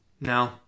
No